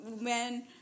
men